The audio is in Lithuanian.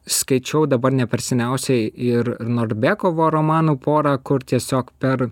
skaičiau dabar neperseniausiai ir narbekovo romanų porą kur tiesiog per